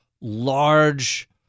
large